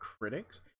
critics